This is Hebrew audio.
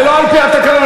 זה לא על-פי התקנון,